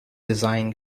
design